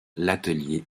l’atelier